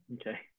Okay